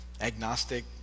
agnostic